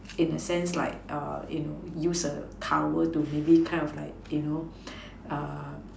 in a sense like err you know use a towel to maybe kind of like you know err